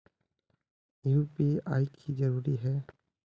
UPI की जरूरी है?